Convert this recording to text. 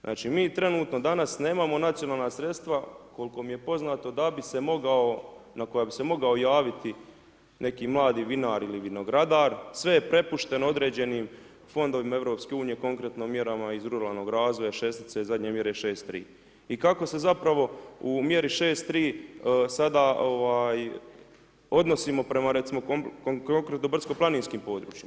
Znači mi trenutno danas nemamo nacionalna sredstva koliko mi je poznato na koja bi se mogao javiti neki mladi vinar ili vinogradar, sve je prepušteno određenim fondovima EU-a, konkretno mjerama iz ruralnog razvoja, šestice, zadnje mjere 6.3 i kako se zapravo u mjeri 6.3 sada odnosimo prema recimo konkretno brdsko-planinskim područjima.